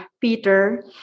Peter